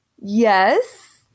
yes